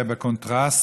בקונטרסט,